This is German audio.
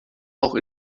auch